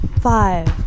Five